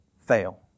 fail